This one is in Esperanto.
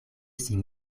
sin